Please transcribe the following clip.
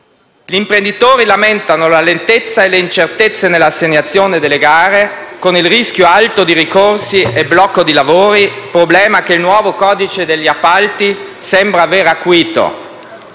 Gli imprenditori lamentano la lentezza e le incertezze nell'assegnazione delle gare, con un alto rischio di ricorsi e blocco dei lavori, problema che il nuovo codice degli appalti sembra aver acuito.